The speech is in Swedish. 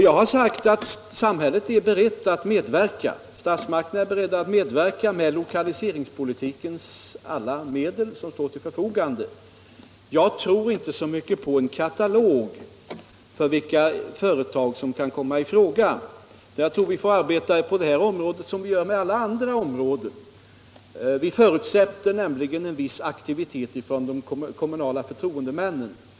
Jag har sagt att statsmakterna är beredda att medverka med alla de lokaliseringspolitiska medel som står till förfogande. Jag tror inte så mycket på en katalog över vilka företag som kan komma i fråga. På detta område får vi arbeta som vi gör på alla andra områden. Det förutsätter nämligen aktivitet från de kommunala förtroendemännen.